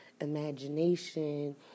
imagination